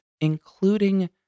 including